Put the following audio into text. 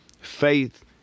faith